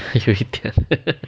有一点